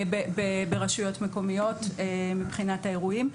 --- ברשויות מקומיות מבחינת האירועים.